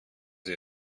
sie